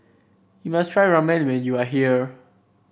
you must try Ramen when you are here